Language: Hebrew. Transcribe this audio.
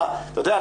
אתה יודע,